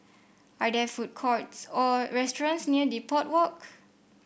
are there food courts or restaurants near Depot Walk